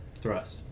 Thrust